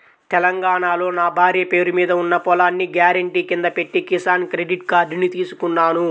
తెలంగాణాలో నా భార్య పేరు మీద ఉన్న పొలాన్ని గ్యారెంటీ కింద పెట్టి కిసాన్ క్రెడిట్ కార్డుని తీసుకున్నాను